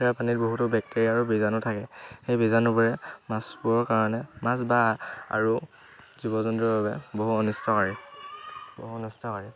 সেয়া পানীত বহুতো বেক্টেৰিয়া আৰু বীজাণু থাকে সেই বীজাণুবোৰে মাছবোৰৰ কাৰণে মাছ বা আৰু জীৱ জন্তুৰ বাবে বহু অনিষ্ট কৰে বহু অনিষ্ট কৰে